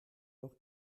noch